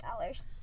dollars